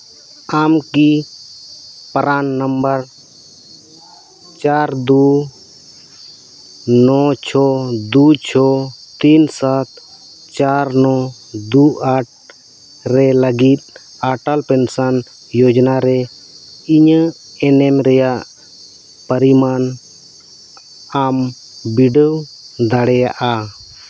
ᱟᱢ ᱠᱤ ᱯᱟᱨᱟᱱ ᱱᱟᱢᱵᱟᱨ ᱪᱟᱨ ᱫᱩᱭ ᱱᱚᱭ ᱪᱷᱚ ᱫᱩᱭ ᱪᱷᱚ ᱛᱤᱱ ᱥᱟᱛ ᱪᱟᱨ ᱱᱚ ᱫᱩ ᱟᱴ ᱨᱮ ᱞᱟᱹᱜᱤᱫ ᱟᱴᱚᱞ ᱯᱮᱱᱥᱚᱱ ᱡᱳᱡᱽᱱᱟ ᱨᱮ ᱤᱧᱟᱹᱜ ᱮᱱᱮᱢ ᱨᱮᱭᱟᱜ ᱯᱚᱨᱤᱢᱟᱱ ᱟᱢ ᱵᱤᱰᱟᱹᱣ ᱫᱟᱲᱮᱭᱟᱜᱼᱟ